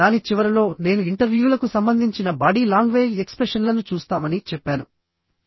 దాని చివరలో నేను ఇంటర్వ్యూలకు సంబంధించిన బాడీ లాంగ్వేజ్ ఎక్స్ప్రెషన్లను చూస్తామని చెప్పాను